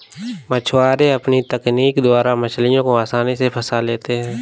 मछुआरे अपनी तकनीक द्वारा मछलियों को आसानी से फंसा लेते हैं